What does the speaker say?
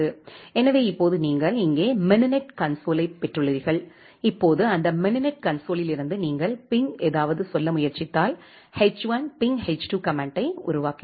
எனவே இப்போது நீங்கள் இங்கே மினிநெட் கன்சோலைப் பெற்றுள்ளீர்கள் இப்போது அந்த மினிநெட் கன்சோலில் இருந்து நீங்கள் பிங் ஏதாவது சொல்ல முயற்சித்தால் எச்1 பிங் எச்2 கமெண்ட்டை உருவாக்குகிறோம்